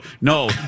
No